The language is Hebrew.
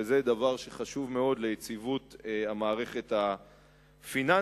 וזה דבר שחשוב מאוד ליציבות המערכת הפיננסית.